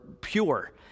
pure